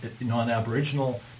non-Aboriginal